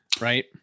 right